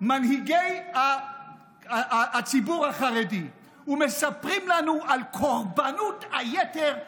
מנהיגי הציבור החרדי ומספרים לנו על קורבנות היתר,